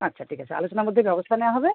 আচ্ছা ঠিক আছে আলোচনার মধ্যেই ব্যবস্থা নেওয়া হবে